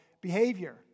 behavior